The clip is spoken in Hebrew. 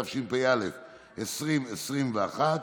התשפ"א 2021,